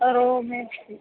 रोमे अस्ति